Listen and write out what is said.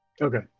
Okay